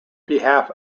behalf